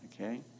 Okay